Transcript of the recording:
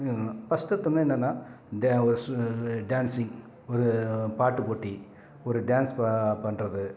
first எடுத்தோடனே என்னென்னால் டே டேன்ஸிங் பாட்டுப்போட்டி ஒரு டேன்ஸ் ப பண்றது